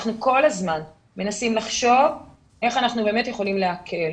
אנחנו כל הזמן מנסים לחשוב איך אנחנו באמת יכולים להקל.